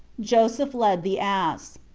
joseph led the ass.